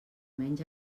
menys